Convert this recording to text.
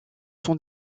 sont